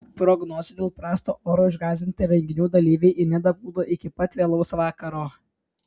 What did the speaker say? prognozių dėl prasto oro išgąsdinti renginių dalyviai į nidą plūdo iki pat vėlaus vakaro